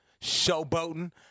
showboating